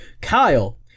Kyle